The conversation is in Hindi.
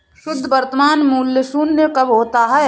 शुद्ध वर्तमान मूल्य शून्य कब होता है?